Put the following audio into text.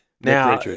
now